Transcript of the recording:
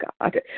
God